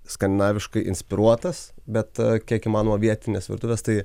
skandinaviškai inspiruotas bet kiek įmanoma vietinės virtuvės tai